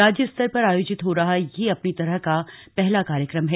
राज्य स्तर पर आयोजित हो रहा यह अपनी तरह का पहला कार्यक्रम है